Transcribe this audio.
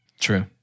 True